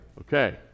Okay